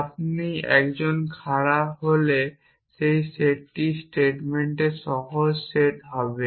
আপনি একজন খাড়া হলে এই সেটটি স্টেটমেন্টের সহজ সেট হবে